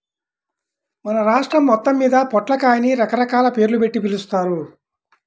మన రాష్ట్రం మొత్తమ్మీద పొట్లకాయని రకరకాల పేర్లుబెట్టి పిలుస్తారు